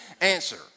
answer